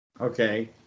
Okay